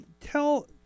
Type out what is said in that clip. tell